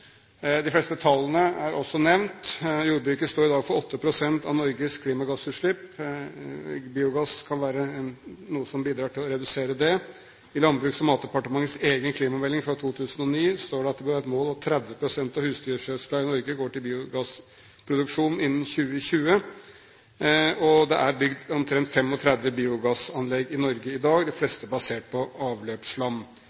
De fleste tallene er også nevnt. Jordbruket står i dag for 8 pst. av Norges klimagassutslipp. Biogass kan være noe som bidrar til å redusere det. I Landbruks- og matdepartementets egen klimamelding fra 2009 står det at det bør være et mål at 30 pst. av husdyrgjødselen i Norge går til biogassproduksjon innen 2020. Det er bygd omtrent 35 biogassanlegg i Norge i dag, de